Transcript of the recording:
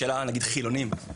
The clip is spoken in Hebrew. למשל חילונים,